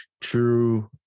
true